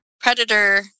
predator